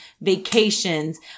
vacations